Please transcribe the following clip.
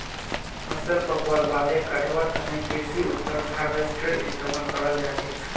फसल पकवार बादे कटवार तने कृषि उपकरण हार्वेस्टरेर इस्तेमाल कराल जाछेक